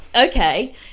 okay